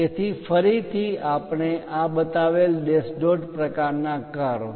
તેથી ફરીથી આપણે બતાવેલ ડૅશ ડોટ પ્રકારના કર્વ